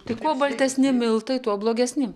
tai kuo baltesni miltai tuo blogesni